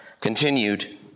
Continued